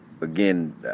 again